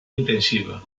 intensiva